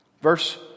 Verse